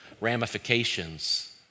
ramifications